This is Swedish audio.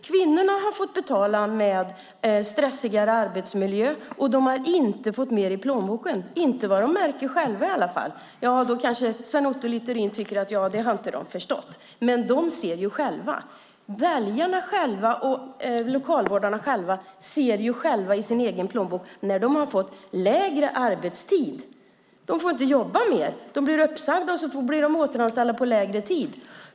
Kvinnorna har fått betala med stressigare arbetsmiljö, och de har inte fått mer i plånboken - inte vad de märker själva i alla fall. Då kanske Sven Otto Littorin tycker att de inte har förstått det, men de ser ju själva. Väljarna själva och lokalvårdarna själva ser ju i sina egna plånböcker när de har fått mindre arbetstid. De får inte jobba mer. De blir uppsagda och så blir de återanställda på mindre tid.